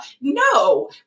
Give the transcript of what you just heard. no